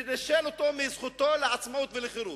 לנשל אותו מזכותו לעצמאות ולחירות,